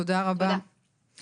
תודה רבה לך רעות.